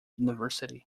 university